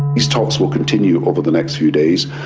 these talks will continue over the next few days.